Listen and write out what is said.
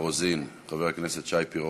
בבקשה.